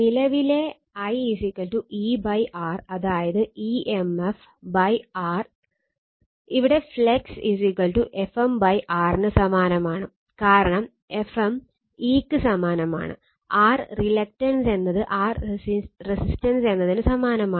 നിലവിലെ I E R അതായത് emf R ഇവിടെ ഫ്ലക്സ് Fm R ന് സമാനമാണ് കാരണം Fm Eക്ക് സമാനമാണ് R റീല്ക്ടൻസ് എന്നത് R റെസിസ്റ്റൻസ് എന്നതിന് സമാനമാണ്